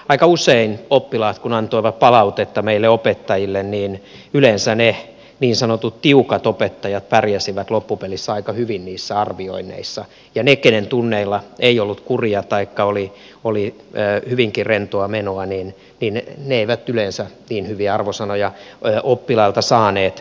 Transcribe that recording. aika usein kun oppilaat antoivat palautetta meille opettajille ne niin sanotut tiukat opettajat pärjäsivät loppupeleissä aika hyvin niissä arvioinneissa ja ne joiden tunneilla ei ollut kuria taikka oli hyvinkin rentoa menoa eivät yleensä niin hyviä arvosanoja oppilailta saaneet